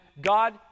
God